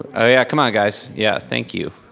ah yeah, come on guys. yeah, thank you.